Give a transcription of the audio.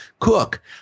cook